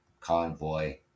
Convoy